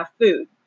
food